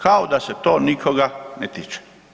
Kao da se to nikoga ne tiče.